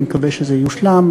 ואני מקווה שזה יושלם,